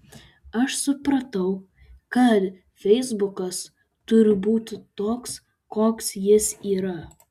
aš supratau kad feisbukas turi būti toks koks jis yra